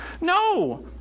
No